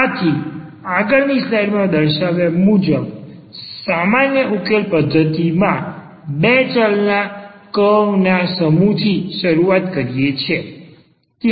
આથી આગળની સ્લાઈડમાં દર્શાવ્યા મુજબ સામાન્ય ઉકેલ ટર્મ્ધતિ માં બે ચલના કર્વના સમૂહથી શરૂઆત કરીએ છે